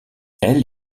elle